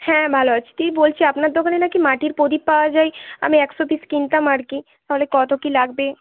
হ্যাঁ ভালো আছি দি বলছি আপনার দোকানে না কি মাটির প্রদীপ পাওয়া যায় আমি একশো পিস কিনতাম আর কি তাহলে কত কী লাগবে